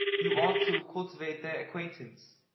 you ought to cultivate their acquaintance.